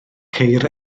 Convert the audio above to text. ceir